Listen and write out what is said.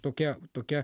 tokia tokia